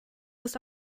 ist